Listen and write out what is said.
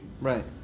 Right